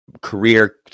career